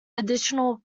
additional